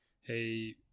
hey